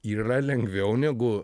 yra lengviau negu